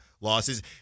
losses